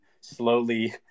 slowly